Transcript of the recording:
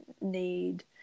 need